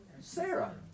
Sarah